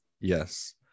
Yes